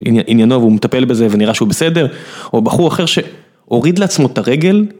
עניינו והוא מטפל בזה ונראה שהוא בסדר או בחור אחר שהוריד לעצמו את הרגל.